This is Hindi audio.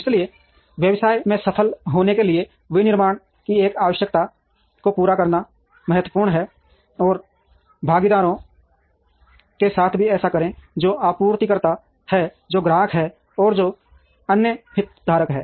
इसलिए व्यवसाय में सफल होने के लिए विनिर्माण की इन आवश्यकताओं को पूरा करना महत्वपूर्ण है और भागीदारों के साथ भी ऐसा करें जो आपूर्तिकर्ता हैं जो ग्राहक हैं और जो अन्य हितधारक हैं